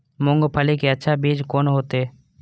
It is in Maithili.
मूंगफली के अच्छा बीज कोन होते?